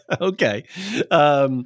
Okay